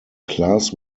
class